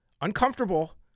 uncomfortable